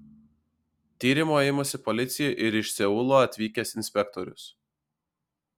tyrimo imasi policija ir iš seulo atvykęs inspektorius